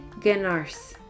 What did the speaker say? ganars